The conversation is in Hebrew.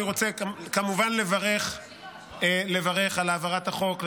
אני רוצה כמובן לברך על העברת החוק,